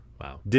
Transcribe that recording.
Wow